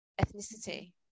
ethnicity